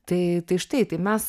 tai tai štai tai mes